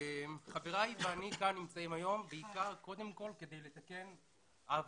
חברי ואני כאן נמצאים היום בעיקר וקודם כל כדי לתקן עוול,